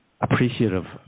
appreciative